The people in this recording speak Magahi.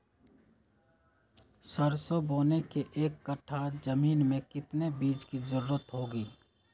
सरसो बोने के एक कट्ठा जमीन में कितने बीज की जरूरत होंगी?